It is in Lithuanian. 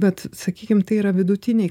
bet sakykim tai yra vidutinei